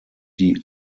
die